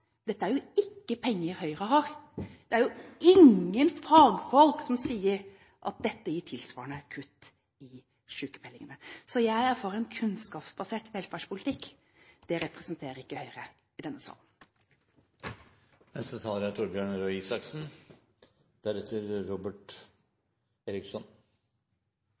Dette er ikke penger Høyre har. Det er ingen fagfolk som sier at dette gir tilsvarende kutt i sykepengene. Jeg er for en kunnskapsbasert velferdspolitikk. Det representerer ikke Høyre i denne